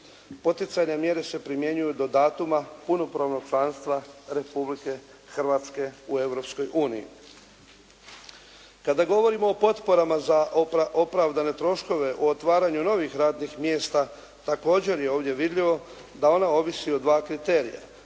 Poticanja mjere se primjenjuju do datuma punopravnog članstva Republike Hrvatske u Europsko uniji. Kada govorimo o potporama za opravdane troškove u otvaranju novih radnih mjesta, također je ovdje vidljivo da ona ovisi o kriterija